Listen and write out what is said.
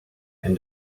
and